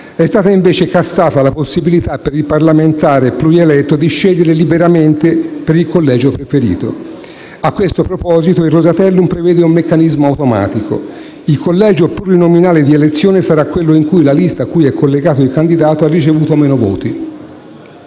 È stata invece cassata la possibilità per il parlamentare plurieletto di scegliere liberamente per il collegio preferito. A tal proposito, il Rosatellum prevede un meccanismo automatico: il collegio plurinominale di elezione sarà quello in cui la lista cui è collegato il candidato ha ricevuto meno voti.